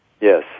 Yes